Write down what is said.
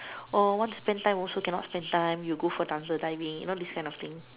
oh want to spend time also cannot spend time you go for dance and diving you know these kind of thing